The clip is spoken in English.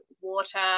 water